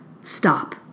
Stop